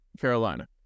Carolina